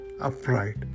upright